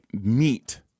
meat